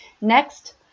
Next